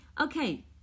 Okay